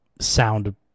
sound